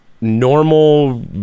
normal